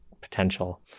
potential